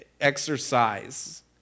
exercise